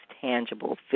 tangible